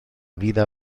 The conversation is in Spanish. vida